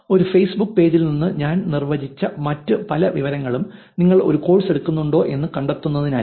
ഒരു ഫേസ്ബുക്ക് പേജിൽ നിന്ന് ഞാൻ നിർവ്വചിച്ച മറ്റ് പല വിവരങ്ങളും നിങ്ങൾ ഒരു കോഴ്സ് എടുക്കുന്നുണ്ടോ എന്ന് കണ്ടെത്തുന്നതിനല്ല